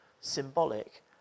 symbolic